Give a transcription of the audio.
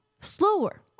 slower